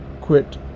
quit